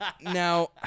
now